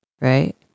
right